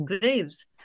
graves